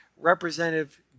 Representative